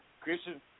Christian